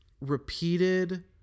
repeated